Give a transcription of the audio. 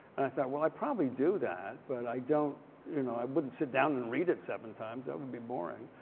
i thought well i'd probably do that. but i don't, you know, i wouldn't sit down and read it seven times that would be boring.